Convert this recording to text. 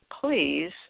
please